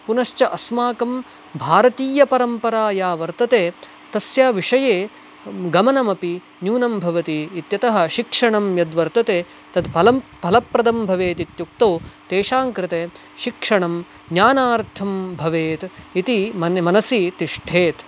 पुनश्च अस्माकं भारतीयपरम्परा या वर्तते तस्य विषये गमनमपि न्यूनं भवति इत्यतः शिक्षणं यद्वर्तते तत्फलं फलप्रदं भवेदित्युक्तौ तेषां कृते शिक्षणं ज्ञानार्थं भवेत् इति मन् मनसि तिष्ठेत्